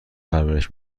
پرورش